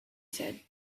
said